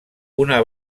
una